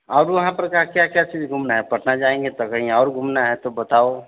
अब वहाँ पर क्या क्या क्या चीज़ घूमना है पटना जाएँगे तो कहीं और घूमना है तो बताओ